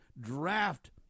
draft